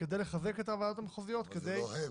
כדי לחזק את הוועדות המחוזיות -- אבל זה לא הם.